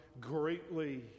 greatly